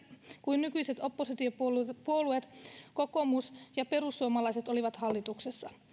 kun nykyiset oppositiopuolueet kokoomus ja perussuomalaiset olivat hallituksessa